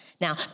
Now